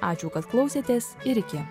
ačiū kad klausėtės ir iki